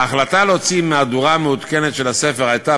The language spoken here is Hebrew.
ההחלטה להוציא מהדורה מעודכנת של הספר הייתה